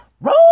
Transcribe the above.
Roll